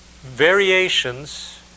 variations